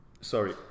sorry